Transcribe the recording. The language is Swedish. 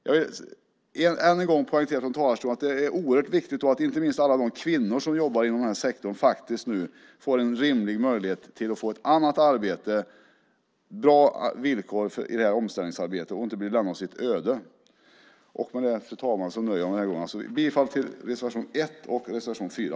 Jag vill än en gång poängtera från talarstolen att det är oerhört viktigt att inte minst alla de kvinnor som jobbar i den här sektorn faktiskt får en rimlig möjlighet att få ett annat arbete och bra villkor i omställningsarbetet och inte lämnas åt sitt öde. Med det, fru talman, nöjer jag mig den här gången. Jag yrkar bifall till reservation 1 och reservation 4.